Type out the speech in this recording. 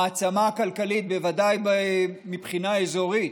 מעצמה כלכלית ובוודאי מבחינה אזורית,